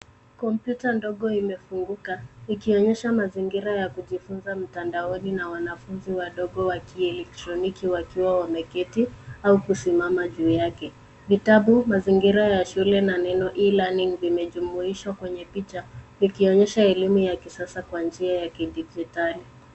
Kompyuta ndogo imefunguka, ikionyesha mazingira ya kujifunza mtandaoni na wanafunzi wadogo wa kieletroniki wakiwa wameketi, au kusimama juu yake. Vitabu, mazingira ya shule, na neno e-learning vimejumuishwa kwenye picha, vikionyesha elimu ya kisasa kwa njia ya kidijitali.